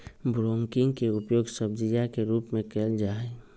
broccoli के उपयोग सब्जीया के रूप में कइल जाहई